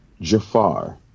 Jafar